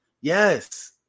yes